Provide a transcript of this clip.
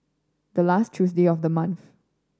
the last Tuesday of the month